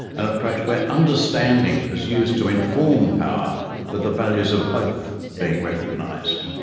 an approach where understanding, as used to inform power with the values of both being recognised.